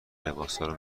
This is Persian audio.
لباسارو